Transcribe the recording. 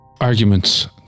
arguments